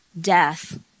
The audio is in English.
death